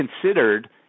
considered